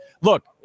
Look